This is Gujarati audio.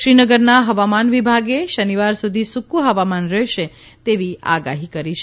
શ્રીનગરના હવામાન વિભાગે શનિવાર સુધી સુકું હવામાન રહેશે તેવી આગાહી કરી છે